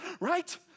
right